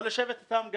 יכול לשבת אתם.